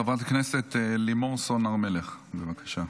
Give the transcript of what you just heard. חברת הכנסת לימור סון הר מלך, בבקשה.